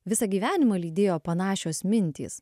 visą gyvenimą lydėjo panašios mintys